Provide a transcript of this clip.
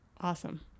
Awesome